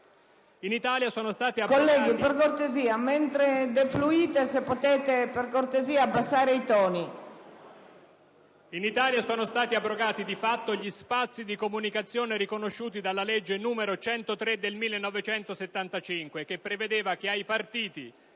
In Italia sono stati abrogati di fatto gli spazi di comunicazione riconosciuti dalla legge n. 103 del 1975, che prevedeva che ai partiti,